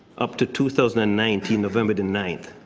up to two thousand and nineteen, november the nine thth.